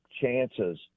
chances